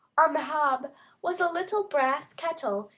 on the hob was a little brass kettle,